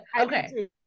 Okay